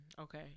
Okay